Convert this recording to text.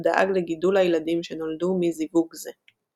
ודאג לגידול הילדים שנולדו מזיווג זה.